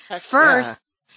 First